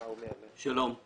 שלום.